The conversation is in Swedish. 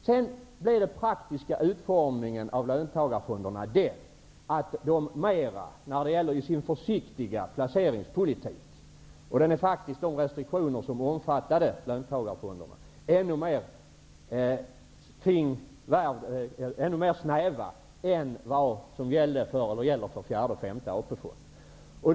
Sedan blev den praktiska utformningen av löntagarfonderna, i den försiktiga placeringspolitiken, den att de restriktioner som omfattade dem var ännu snävare än vad som gäller för fjärde och femte AP-fonderna.